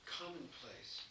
commonplace